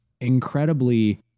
incredibly